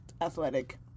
athletic